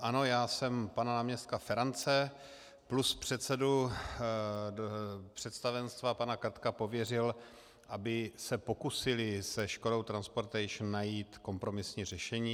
Ano, já jsem pana náměstka Ferance plus předsedu představenstva pana Krtka pověřil, aby se pokusili se Škodou Transportations najít kompromisní řešení.